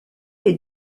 est